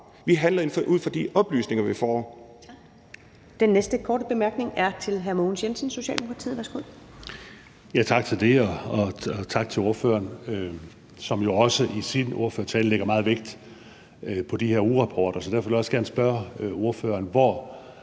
Vi handler altså ud fra de oplysninger, vi får.